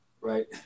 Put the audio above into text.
right